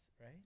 right